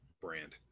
brand